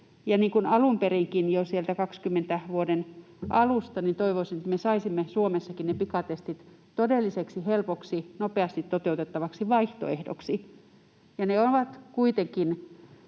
toivoin alun perinkin jo sieltä vuoden 20 alusta, toivoisin, että me saisimme Suomessakin ne pikatestit todelliseksi, helpoksi, nopeasti toteutettavaksi vaihtoehdoksi. Ne ovat kuitenkin